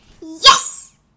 Yes